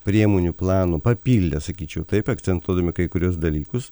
priemonių plano papildę sakyčiau taip akcentuodami kai kuriuos dalykus